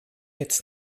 its